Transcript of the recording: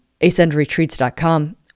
Ascendretreats.com